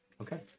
Okay